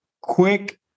quick